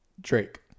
Drake